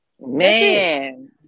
man